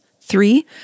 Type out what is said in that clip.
Three